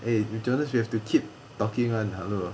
eh jonas you have to keep talking [one] hello